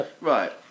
right